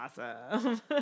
awesome